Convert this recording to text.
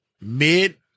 mid